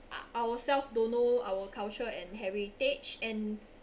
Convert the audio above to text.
o~ ourself don't know our culture and heritage and